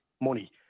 money